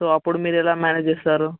so అప్పుడు మీరు ఎలా మ్యానేజ్ చేస్తారు